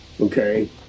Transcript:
Okay